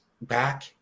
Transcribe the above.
back